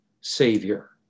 Savior